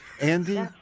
Andy